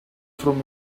from